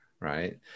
right